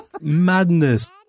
Madness